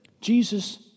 Jesus